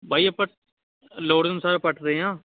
ਬਾਈ ਆਪਾਂ ਲੋੜ ਅਨੁਸਾਰ ਪੱਟ ਰਹੇ ਹਾਂ